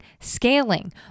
scaling